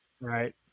Right